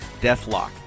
Deathlock